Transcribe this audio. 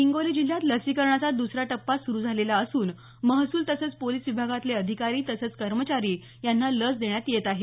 हिंगोली जिल्ह्यात लसीकरणाचा दुसरा टप्पा सुरू झालेला असून महसूल तसंच पोलिस विभागातले अधिकारी तसंच कर्मचारी यांना लस देण्यात येत आहे